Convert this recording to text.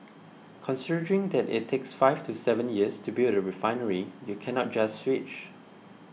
considering that it takes five to seven years to build a refinery you cannot just switch